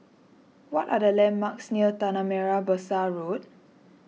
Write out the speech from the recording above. what are the landmarks near Tanah Merah Besar Road